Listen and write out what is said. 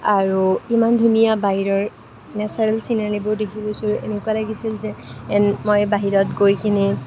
আৰু ইমান ধুনীয়া বাহিৰৰ নেচাৰেল চিনেৰিবোৰ দেখি গৈছিলোঁ এনেকুৱা লাগিছিল যেন মই বাহিৰত গৈ কিনে